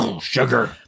sugar